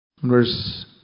verse